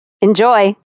Enjoy